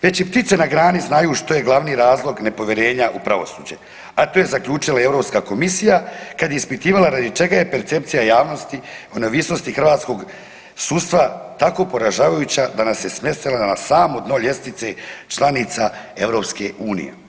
Već i ptice na grani znaju što je glavni razlog nepovjerenja u pravosuđe, a to je zaključila i Europska komisija kada je ispitivala radi čega je percepcija javnosti o neovisnosti hrvatskog sudstva tako poražavajuća da nas je smjestila na samo dno ljestvice članica EU.